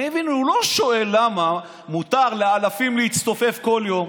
הוא לא שואל למה מותר לאלפים להצטופף כל יום.